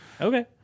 Okay